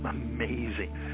amazing